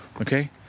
Okay